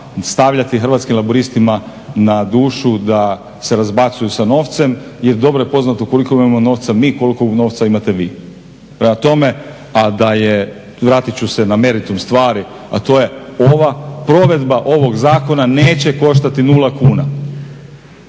stavljati Hrvatskim laburistima na dušu da se razbacuju sa novcem, jer dobro je poznato koliko imamo novca mi koliko novca imate vi. Prema tome, a da je, vratit ću se na meritum stvari, a to je ova provedba ovog zakona neće koštati 0 kuna.